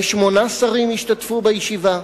ושמונה שרים ישתתפו בישיבה.